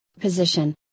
position